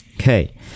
Okay